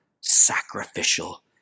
sacrificial